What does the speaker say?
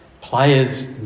players